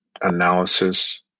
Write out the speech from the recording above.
analysis